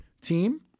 team